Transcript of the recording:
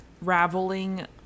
unraveling